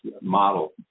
model